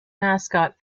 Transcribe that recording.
mascot